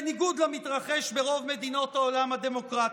בניגוד למתרחש ברוב מדינות העולם הדמוקרטי.